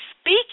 speak